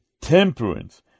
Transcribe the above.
temperance